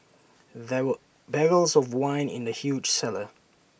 there were barrels of wine in the huge cellar